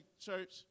church